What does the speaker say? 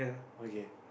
okay